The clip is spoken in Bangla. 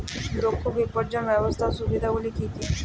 দক্ষ বিপণন ব্যবস্থার সুবিধাগুলি কি কি?